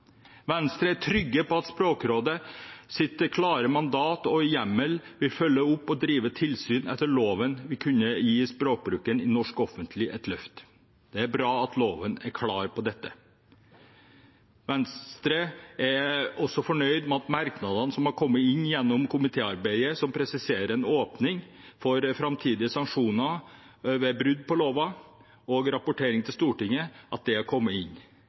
Venstre er trygg på at Språkrådets klare mandat og hjemmel til å følge opp og drive tilsyn etter loven vil kunne gi språkbruken i norsk offentlighet et løft. Det er bra at loven er klar på dette. Venstre er også fornøyd med merknadene som har kommet inn gjennom komitéarbeidet, som presiserer en åpning for framtidige sanksjoner ved brudd på loven, og rapportering til Stortinget. Venstre støtter språkloven og meldingen og er trygg på at